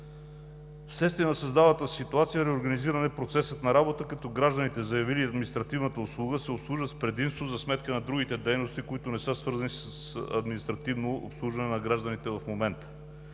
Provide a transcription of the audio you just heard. Вследствие на създалата се ситуация реорганизираме процеса на работа, като гражданите, заявили административната услуга, се обслужват с предимство за сметка на другите дейности, които не са свързани с административно обслужване на гражданите в момента,